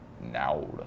Now